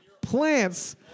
plants